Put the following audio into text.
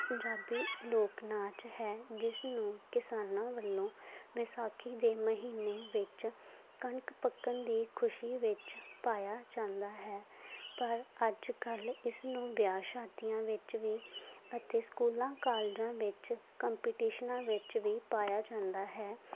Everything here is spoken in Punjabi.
ਪੰਜਾਬੀ ਲੋਕ ਨਾਚ ਹੈ ਜਿਸ ਨੂੰ ਕਿਸਾਨਾ ਵੱਲੋਂ ਵਿਸਾਖੀ ਦੇ ਮਹੀਨੇ ਵਿੱਚ ਕਣਕ ਪੱਕਣ ਦੀ ਖੁਸ਼ੀ ਵਿੱਚ ਪਾਇਆ ਜਾਂਦਾ ਹੈ ਪਰ ਅੱਜ ਕੱਲ੍ਹ ਇਸਨੂੰ ਵਿਆਹ ਸ਼ਾਦੀਆਂ ਵਿੱਚ ਵੀ ਅਤੇ ਸਕੂਲਾਂ ਕਾਲਜਾਂ ਵਿੱਚ ਕੰਪੀਟੀਸ਼ਨਾਂ ਵਿੱਚ ਵੀ ਪਾਇਆ ਜਾਂਦਾ ਹੈ